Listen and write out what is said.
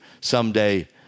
someday